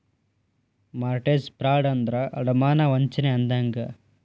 mortgage fraud ಅಂದ್ರ ಅಡಮಾನ ವಂಚನೆ ಅಂದಂಗ